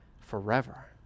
forever